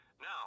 Now